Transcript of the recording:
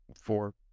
four